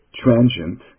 transient